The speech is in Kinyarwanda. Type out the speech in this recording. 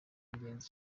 ingenzi